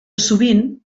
sovint